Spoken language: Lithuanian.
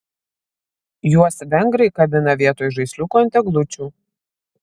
juos vengrai kabina vietoj žaisliukų ant eglučių